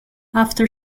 after